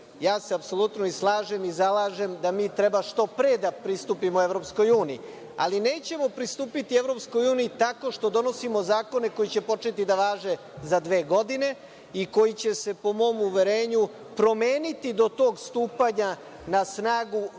EU. Apsolutno se slažem i zalažem da mi treba što pre da pristupimo EU, ali nećemo pristupiti EU tako što donosimo zakone koji će početi da važe za dve godine i koji će se, po mom uverenju, promeniti do tog stupanja na snagu